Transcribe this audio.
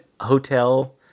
Hotel